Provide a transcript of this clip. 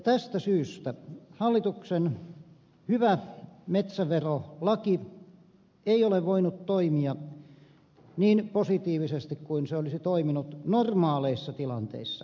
tästä syystä hallituksen hyvä metsäverolaki ei ole voinut toimia niin positiivisesti kuin se olisi toiminut normaaleissa tilanteissa